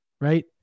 Right